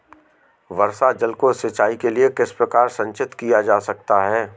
वर्षा जल को सिंचाई के लिए किस प्रकार संचित किया जा सकता है?